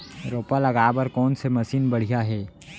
रोपा लगाए बर कोन से मशीन बढ़िया हे?